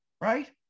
right